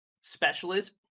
specialist